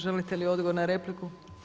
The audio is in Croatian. Želite li odgovor na repliku?